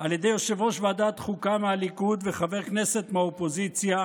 על ידי יושב-ראש ועדת חוקה מהליכוד וחבר כנסת מהאופוזיציה,